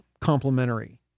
complementary